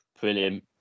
brilliant